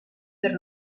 per